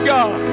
God